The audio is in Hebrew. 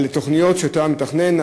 על התוכניות שאתה מתכנן,